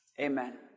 Amen